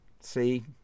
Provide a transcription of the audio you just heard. See